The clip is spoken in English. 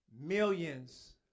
millions